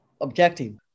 objective